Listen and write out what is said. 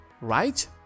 right